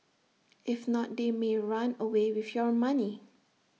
if not they may run away with your money